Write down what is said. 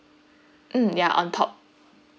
mm ya on top